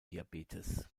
diabetes